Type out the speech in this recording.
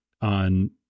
on